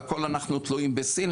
ואנחנו תלויים בהכול בסין.